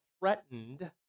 threatened